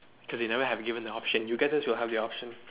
cause they never have given the option you get this will have the option